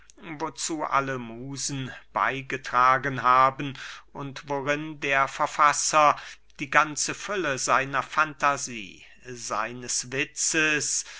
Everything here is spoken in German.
wozu alle musen beygetragen haben und worin der verfasser die ganze fülle seiner fantasie seines witzes